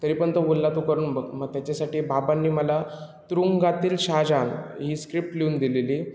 तरी पण तो बोलला तू करून बघ मग त्याच्यासाठी बाबांनी मला तुरुंगातील शाहजहान ही स्क्रिप्ट लिहून दिलेली